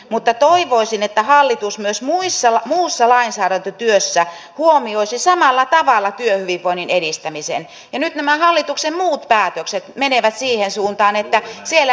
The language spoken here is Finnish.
mutta toivoisin että hallitus myös muussa lainsäädäntötyössä huomioisi samalla tavalla työhyvinvoinnin edistämisen kun nyt nämä hallituksen muut päätökset menevät siihen suuntaan että siellä työhyvinvointia heikennetään